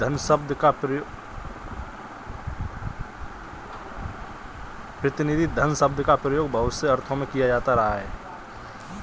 प्रतिनिधि धन शब्द का प्रयोग बहुत से अर्थों में किया जाता रहा है